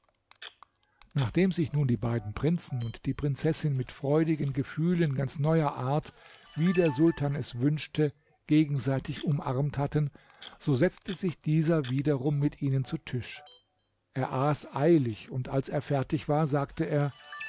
nachdem sich nun die beiden prinzen und die prinzessin mit freudigen gefühlen ganz neuer art wie der sultan es wünschte gegenseitig umarmt hatten so setzte sich dieser wiederum mit ihnen zu tisch er aß eilig und als er fertig war sagte er